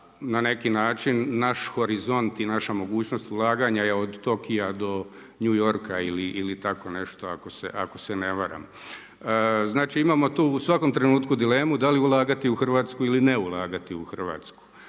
na neki način naš horizont i naša mogućnost ulaganja je od Tokia do New Yorka ili tako nešto ako se ne varam. Znači, imamo tu u svakom trenutku dilemu da li ulagati u Hrvatsku ili ne ulagati u Hrvatsku.